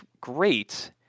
great